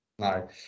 No